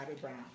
Brown